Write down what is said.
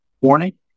warning